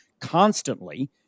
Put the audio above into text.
constantly